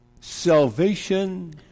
Salvation